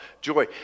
joy